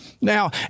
Now